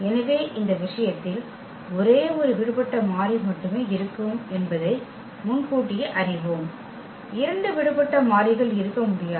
எனவே இந்த விஷயத்தில் ஒரே ஒரு விடுபட்ட மாறி மட்டுமே இருக்கும் என்பதை முன்கூட்டியே அறிவோம் இரண்டு விடுபட்ட மாறிகள் இருக்க முடியாது